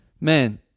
Man